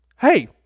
hey